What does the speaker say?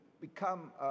become